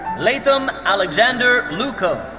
lathom alexander luoco.